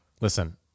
Listen